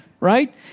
right